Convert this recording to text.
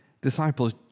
disciples